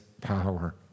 power